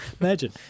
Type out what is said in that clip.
Imagine